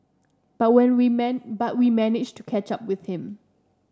but we remind but we managed to catch up with him